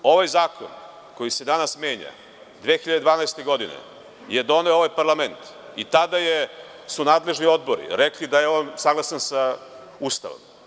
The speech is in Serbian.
Ovaj zakon koji se danas menja 2012. godine je doneo ovaj parlament i tada su nadležni odbori rekli da je on saglasan sa Ustavom.